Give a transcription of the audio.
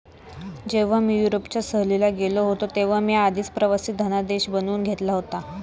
जेव्हा मी युरोपच्या सहलीला गेलो होतो तेव्हा मी आधीच प्रवासी धनादेश बनवून घेतला होता